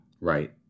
Right